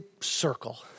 circle